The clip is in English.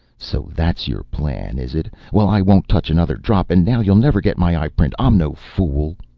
so that's your plan, is it? well, i won't touch another drop, and now you'll never get my eyeprint. i'm no fool.